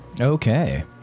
Okay